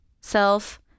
self